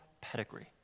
pedigree